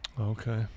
Okay